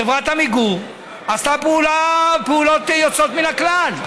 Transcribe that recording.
חברת עמיגור עשתה פעולות יוצאות מן הכלל.